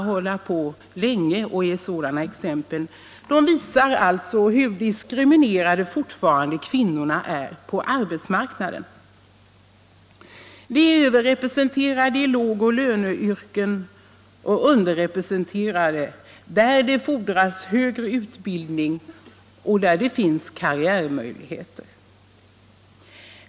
Exemplen — jag kunde ge många fler — visar hur diskriminerade kvinnorna fortfarande är på arbetsmarknaden. De är överrepresenterade i låglöneyrken och underrepresenterade där det fordras högre utbildning och där det finns karriärmöjligheter.